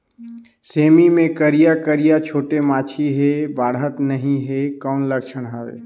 सेमी मे करिया करिया छोटे माछी हे बाढ़त नहीं हे कौन लक्षण हवय?